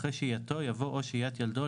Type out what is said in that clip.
אחרי "שהייתו" יבוא "או שהיית ילדו,